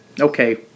Okay